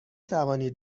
توانید